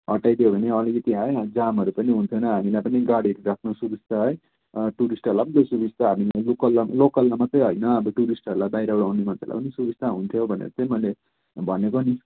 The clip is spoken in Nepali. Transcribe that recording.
हटाइदियो भने अलिकति है जामहरू पनि हुने थिएन हामीलाई पनि गाडीहरू राख्नु सुबिस्ता है टुरिस्टहरूलाई पनि त सुबिस्ता हामी लोकल लोकललाई मात्रै होइन अब टुरिस्टहरूलाई बाहिरबाट आउने मान्छेहरूलाई पनि सुबिस्ता हुन्थ्यो भनेर चाहिँ मैले भनेको नि